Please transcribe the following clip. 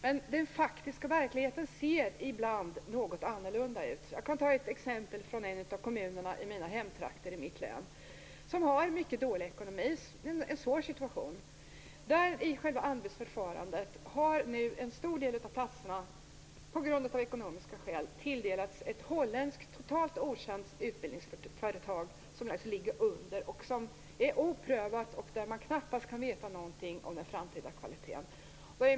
Men den faktiska verkligheten ser ibland något annorlunda ut. Jag kan ta ett exempel från en av kommunerna i mina hemtrakter i mitt län. Den har en mycket dålig ekonomi och en svår situation. I själva anbudsförfarandet har nu en stor del av platserna av ekonomiska skäl tilldelats ett holländskt, totalt okänt, utbildningsföretag som alltså ligger under i anbud. Det är oprövat, och man kan knappast veta någonting om den framtida kvaliteten.